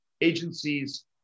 Agencies